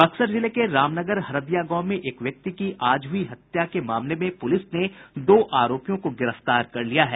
बक्सर जिले के रामनगर हरदिया गांव में एक व्यक्ति की आज हुई हत्या के मामले में पुलिस ने दो आरोपियों को गिरफ्तार कर लिया है